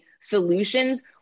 solutions